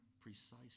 Precisely